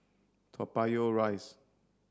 Toa Payoh Rise